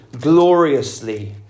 gloriously